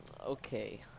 Okay